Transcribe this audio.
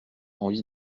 envie